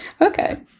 Okay